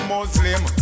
Muslim